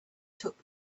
took